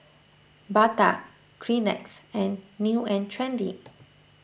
Bata Kleenex and New and Trendy